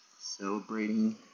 celebrating